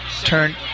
turn